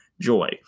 joy